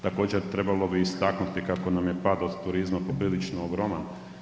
Također trebalo bi istaknuti kako nam je pad od turizma poprilično ogroman.